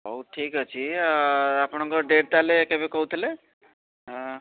ହଉ ଠିକ୍ ଅଛି ଆପଣଙ୍କ ଡେଟ୍ ତାହାଲେ କେବେ କହୁଥିଲେ ଆଁ